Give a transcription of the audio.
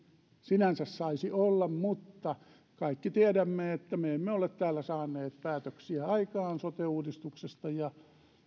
sinänsä saisi olla mutta kaikki tiedämme että me emme ole täällä saaneet päätöksiä aikaan sote uudistuksesta